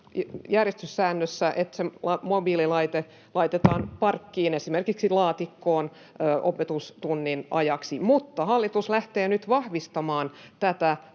järjestyssäännöissä, että mobiililaite laitetaan parkkiin, esimerkiksi laatikkoon, opetustunnin ajaksi. Mutta hallitus lähtee nyt vahvistamaan tätä